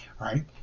right